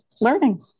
learning